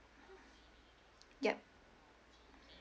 yup